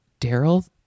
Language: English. Daryl